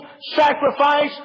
sacrifice